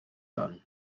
hon